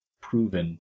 proven